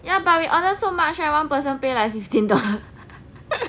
ya but we order so much right one person pay like fifteen dollars